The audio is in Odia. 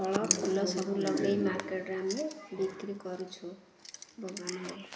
ଫଳ ଫୁଲ ସବୁ ଲଗାଇ ମାର୍କେଟରେ ଆମେ ବିକ୍ରି କରୁଛୁ ଭଗବାନରେ